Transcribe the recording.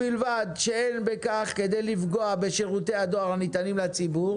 שאין בכך כדי לפגוע בשירותי הדואר הניתנים לציבור.